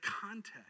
context